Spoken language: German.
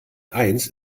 eins